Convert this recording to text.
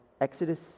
Exodus